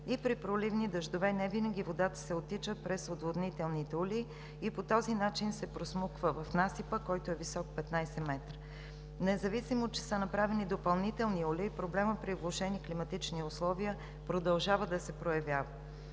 и при проливни дъждове не винаги водата се оттича през отводнителните улеи и по този начин се просмуква в насипа, който е висок 15 м. Независимо, че са направени допълнителни улеи, проблемът при влошени климатични условия продължава да се проявява.